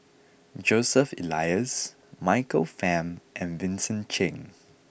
Joseph Elias Michael Fam and Vincent Cheng